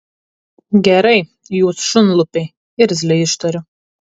gerai jūs šunlupiai irzliai ištariu